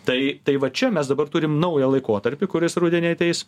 tai tai va čia mes dabar turim naują laikotarpį kuris rudenį ateis